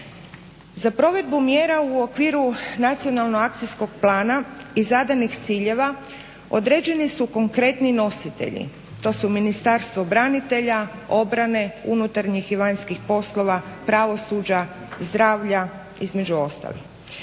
Za provedbu mjera u okviru nacionalno-akcijskog plana i zadanih ciljeva određeni su konkretni nositelji, to su Ministarstvo branitelja, obrane, unutarnjih i vanjskih poslova, pravosuđa, zdravlja između ostalog.